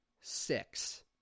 six